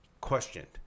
questioned